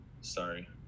Sorry